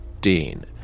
Dean